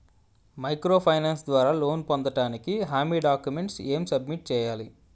Micro finance ద్వారా loan పొందటానికి హామీ డాక్యుమెంట్స్ ఎం సబ్మిట్ చేయాలి?